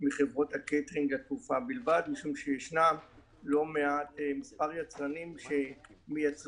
מחברות הקייטרינג בתעופה בלבד משום שישנם מספר יצרנים שמייצרים